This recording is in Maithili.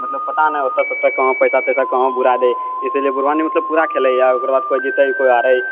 मतलब पता नहि ओतेसँ सबटा कहाँ पैसा तैसा कहाँ बुरा दै हय इसीलिये बुढ़बानी मतलब पूरा खेलै हय आर ओकरा बाद कोइ जीतै हय कोइ हारे हय